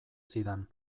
zidan